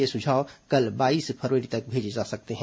ये सुझाव कल बाईस फरवरी तक भेजे जा सकते हैं